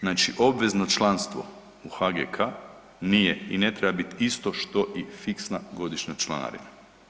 Znači obvezno članstvo u HGK nije i ne treba biti isto što i fiksna godišnja članarina.